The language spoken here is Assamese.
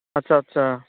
আচ্ছা আচ্ছা